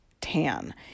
tan